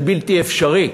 זה בלתי אפשרי.